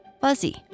Fuzzy